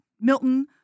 Milton